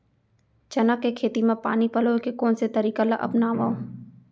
चना के खेती म पानी पलोय के कोन से तरीका ला अपनावव?